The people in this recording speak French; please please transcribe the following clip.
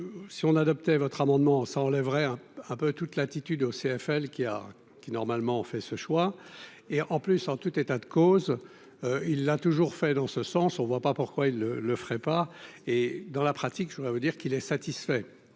si on adoptait votre amendement ça enlèverait un un peu toute latitude au CFL qui a qui, normalement, on fait ce choix et en plus, en tout état de cause, il l'a toujours fait dans ce sens, on ne voit pas pourquoi il le le ferait pas, et dans la pratique, je voudrais vous dire qu'il est satisfait